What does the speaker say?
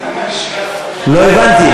לא הבנתי.